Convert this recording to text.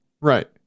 Right